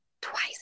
Twice